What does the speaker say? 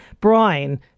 Brian